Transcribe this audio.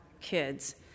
kids